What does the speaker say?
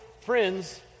friends